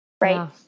Right